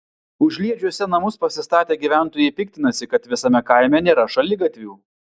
užliedžiuose namus pasistatę gyventojai piktinasi kad visame kaime nėra šaligatvių